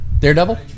Daredevil